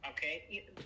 Okay